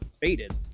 faded